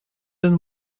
than